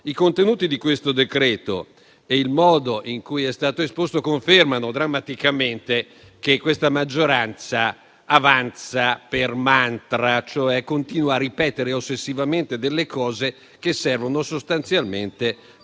i contenuti di questo decreto e il modo in cui è stato esposto confermano drammaticamente che questa maggioranza avanza per mantra, e cioè continua a ripetere ossessivamente delle cose che servono sostanzialmente